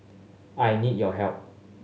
I need your help